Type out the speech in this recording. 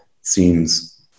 seems